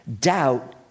doubt